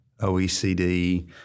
OECD